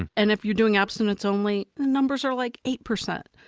and and if you're doing abstinence only, the numbers are like eight percent.